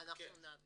אנחנו נשמח